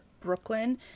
brooklyn